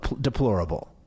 deplorable